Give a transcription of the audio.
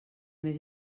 més